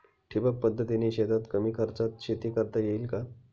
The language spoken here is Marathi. ठिबक पद्धतीने शेतात कमी खर्चात शेती करता येईल का?